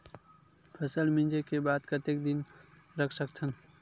फसल मिंजे के बाद कतेक दिन रख सकथन?